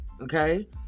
okay